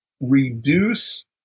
reduce